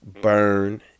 burn